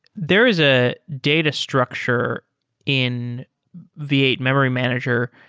there is a data structure in v eight memory manager.